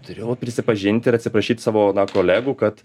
turėjau prisipažinti ir atsiprašyt savo kolegų kad